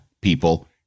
people